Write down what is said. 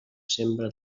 sembra